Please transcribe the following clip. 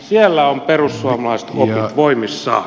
siellä on perussuomalaiset opit voimissaan